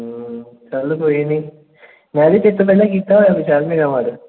ਚਲ ਕੋਈ ਨੀ ਚਲ ਕੋਈ ਨੀ ਮੈਂ